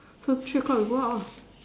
so three o-clock we go out ah